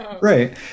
Right